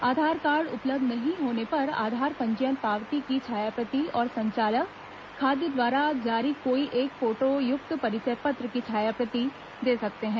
आधार card उपलब्ध नहीं होने पर आधार पंजीयन पावती की छायाप्रति और संचालक खाद्य द्वारा जारी कोई एक फोटोयुक्त परिचय पत्र की छायाप्रति दे सकते हैं